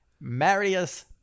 Marius